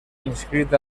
inscrit